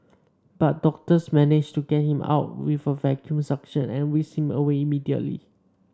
but doctors managed to get him out with a vacuum suction and whisked him away immediately